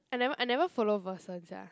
I never I never follow Verson sia